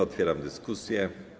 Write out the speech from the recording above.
Otwieram dyskusję.